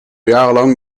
jarenlang